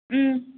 ம்